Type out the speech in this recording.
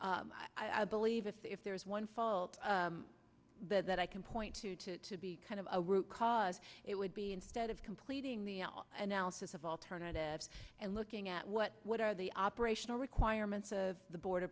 so i believe that if there's one fault that i can point to to to be kind of a root cause it would be instead of completing the announces of alternatives and looking at what what are the operational requirements of the border